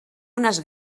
unes